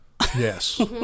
Yes